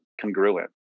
congruent